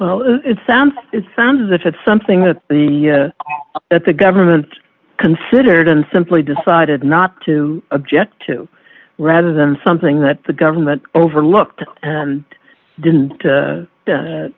well it sounds it sounds as if it's something that the that the government considered and simply decided not to object to rather than something that the government overlooked and didn't